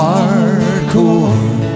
Hardcore